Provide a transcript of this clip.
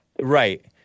Right